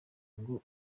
ngo